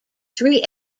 three